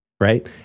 right